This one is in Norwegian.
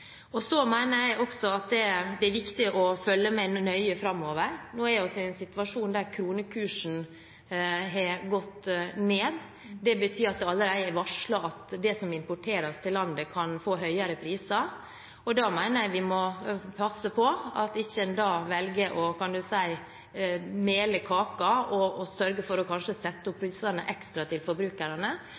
Jeg mener også at det er viktig å følge nøye med framover. Nå er vi i en situasjon der kronekursen har gått ned. Det betyr at det allerede er varslet at det som importeres til landet, kan få høyere priser, og da mener jeg vi må passe på at ikke noen velger å mele sin egen kake og kanskje sette opp prisene ekstra for forbrukerne,